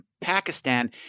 Pakistan